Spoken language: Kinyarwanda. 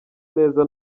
neza